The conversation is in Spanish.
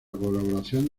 colaboración